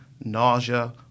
nausea